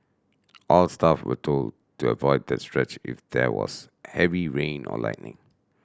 all staff were told to avoid that stretch if there was heavy rain or lightning